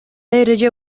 эреже